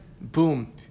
boom